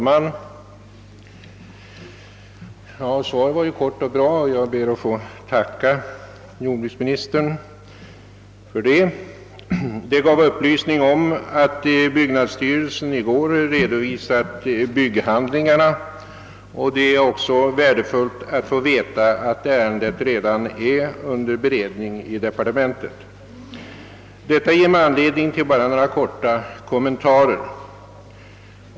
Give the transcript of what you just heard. Herr talman! Jag ber att få tacka jordbruksministern för svaret, som ju var kort och bra. Det upplyste om att byggnadsstyrelsen i går redovisade bygghandlingarna, och det var värdefullt att få veta att ärendet redan är under beredning i departementet. Detta ger mig anledning att här göra några korta kommentarer.